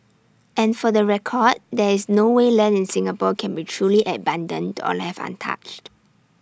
and for the record there is no way land in Singapore can be truly abandoned or left untouched